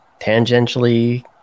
tangentially